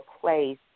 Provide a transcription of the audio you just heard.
place